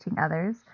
others